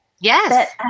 Yes